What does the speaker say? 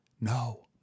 No